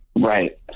Right